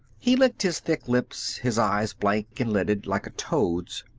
he licked his thick lips, his eyes blank and lidded, like a toad's.